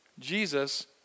Jesus